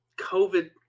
COVID